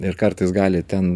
ir kartais gali ten